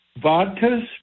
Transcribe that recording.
vodkas